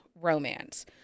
romance